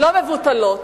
לא מבוטלות.